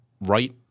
Right –